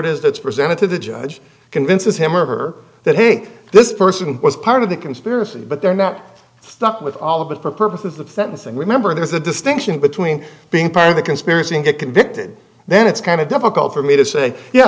it is that's presented to the judge convinces him or her that hey this person was part of the conspiracy but they're not stuck with all of it for purposes of sentencing remember there's a distinction between being part of the conspiracy and get convicted then it's kind of difficult for me to say yeah